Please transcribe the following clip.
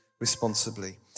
responsibly